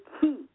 key